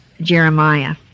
Jeremiah